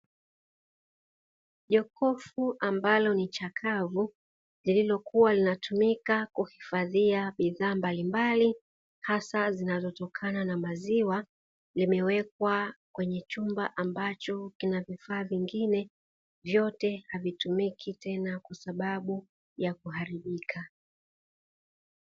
Jokofu ambalo ni chakavu lililokuwa linatumika kuhifadhia bidhaa mbalimbali hasa zinazotokana na maziwa limewekwa kwenye chumba ambacho kinavifaa vingine vyote avitumiki tena kwasababu ya kuharibika.